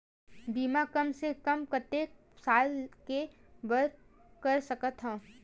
बीमा कम से कम कतेक साल के बर कर सकत हव?